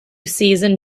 season